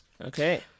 Okay